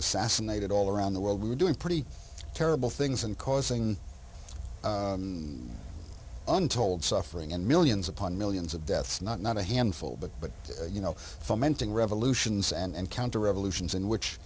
assassinated all around the world we were doing pretty terrible things and causing untold suffering and millions upon millions of deaths not not a handful but but you know fomenting revolutions and counter revolutions in which